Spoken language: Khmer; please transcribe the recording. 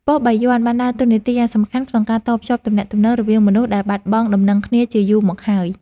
ប៉ុស្តិ៍បាយ័នបានដើរតួនាទីយ៉ាងសំខាន់ក្នុងការតភ្ជាប់ទំនាក់ទំនងរវាងមនុស្សដែលបាត់បង់ដំណឹងគ្នាជាយូរមកហើយ។